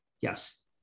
yes